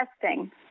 testing